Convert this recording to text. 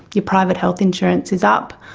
your private health insurance is up,